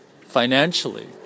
financially